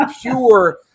pure